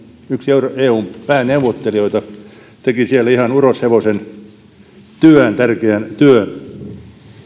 yksi eun pääneuvottelijoita ja teki siellä ihan uroshevosen työn tärkeän työn